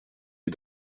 est